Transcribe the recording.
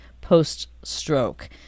post-stroke